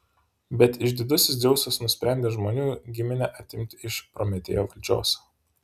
bet išdidusis dzeusas nusprendė žmonių giminę atimti iš prometėjo valdžios